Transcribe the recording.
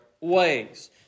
ways